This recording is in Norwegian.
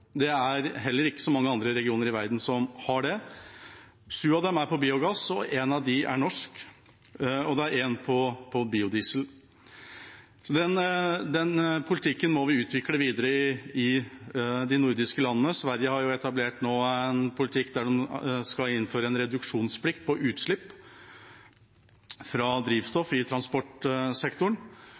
Det er ikke så mange andre regioner i verden som har det. Sju av dem er på biogass, og en av dem er norsk, og det er en på biodiesel. Den politikken må vi utvikle videre i de nordiske landene. Sverige har nå etablert en politikk der de skal innføre en reduksjonsplikt for utslipp fra drivstoff i transportsektoren.